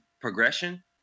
progression